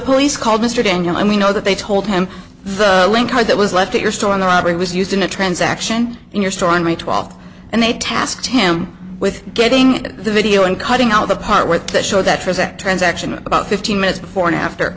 police called mr daniel i mean know that they told him the link that was left at your store on the robbery was used in a transaction in your store on may twelfth and they tasked tam with getting the video and cutting out the part with that show that for that transaction about fifteen minutes before and after